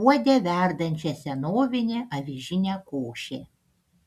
puode verdančią senovinę avižinę košę